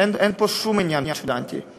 אין פה שום עניין של אנטי.